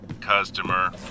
customer